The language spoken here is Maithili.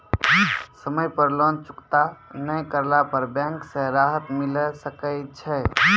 समय पर लोन चुकता नैय करला पर बैंक से राहत मिले सकय छै?